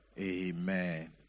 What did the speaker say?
amen